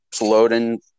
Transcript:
loading